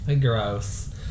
gross